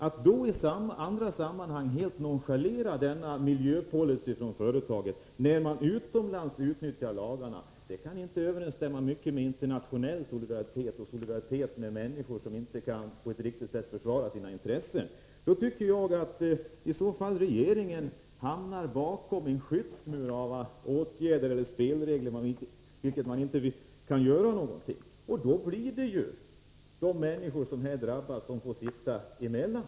Att nonchalera företagets miljöpolicy när det utnyttjar lagarna utomlands kan inte överensstämma med internationell solidaritet och solidariteten med människor som inte på ett riktigt sätt kan försvara sina intressen. I så fall tycker jag att regeringen hamnar bakom en skyddsmur av åtgärder eller spelregler där man inte kan göra någonting. Då blir det de människor som drabbas som får sitta emellan.